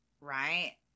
right